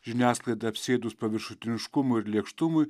žiniasklaidą apsėdus paviršutiniškumui ir lėkštumui